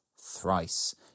Thrice